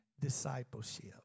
discipleship